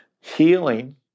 healing